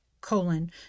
colon